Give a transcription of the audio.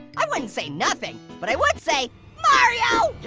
i wouldn't say nothing but i would say mario.